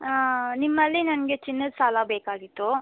ಹಾಂ ನಿಮ್ಮಲ್ಲಿ ನನಗೆ ಚಿನ್ನದ ಸಾಲ ಬೇಕಾಗಿತ್ತು